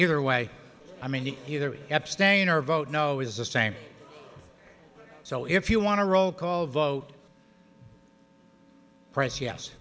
either way i mean the either abstain or vote no is the same so if you want to roll call vote press yes